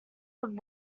would